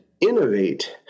innovate